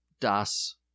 Das